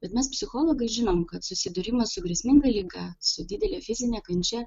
bet mes psichologai žinom kad susidūrimas su grėsminga liga su didele fizine kančia